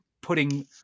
putting